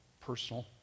personal